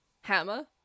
Hammer